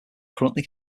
currently